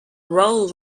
roles